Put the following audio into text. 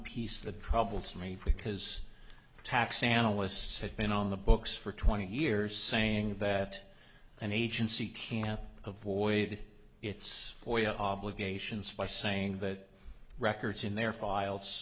piece the troubles me because tax analysts have been on the books for twenty years saying that an agency can avoid its oil obligations by saying that records in their files